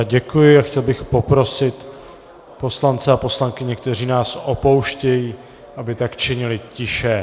Děkuji a chtěl bych poprosit poslance a poslankyně, kteří nás opouštění, aby tak činili tiše!